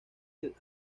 del